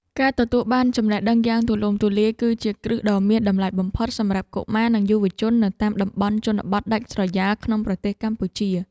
ការទទួលបានចំណេះដឹងយ៉ាងទូលំទូលាយ គឺជាគ្រឹះដ៏មានតម្លៃបំផុតសម្រាប់កុមារនិងយុវជននៅតាមតំបន់ជនបទដាច់ស្រយាលក្នុងប្រទេសកម្ពុជា។